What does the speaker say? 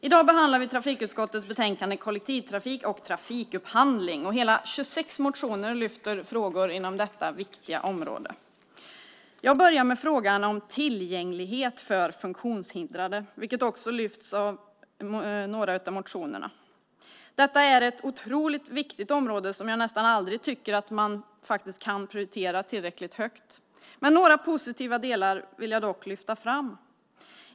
I dag behandlar vi trafikutskottets betänkande Kollektivtrafik och trafikupphandling . Hela 26 motioner tar upp frågor inom detta viktiga område. Jag börjar med frågan om tillgänglighet för funktionshindrade. Den lyfts också fram i några av motionerna. Det är ett otroligt viktigt område som jag tycker att man inte kan prioritera tillräckligt högt. Några positiva delar vill jag dock lyfta fram.